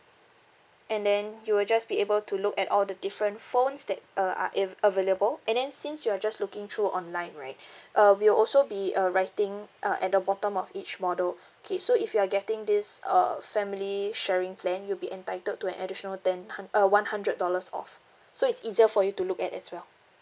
and then you will just be able to look at all the different phones that uh are av~ available and then since you are just looking through online right uh we will also be uh writing uh at the bottom of each model okay so if you are getting this uh family sharing plan you'll be entitled to an additional ten hun~ uh one hundred dollars off so it's easier for you to look at as well